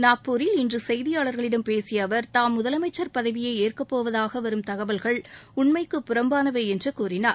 நாக்பூரில் இன்று செய்தியாளர்களிடம் பேசிய அவர் தாம் முதலமைச்ச் பதவியை ஏற்கப்போவதாக வரும் தகவல்கள் உண்மைக்கு புறம்பானவை என்று கூறினார்